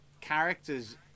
characters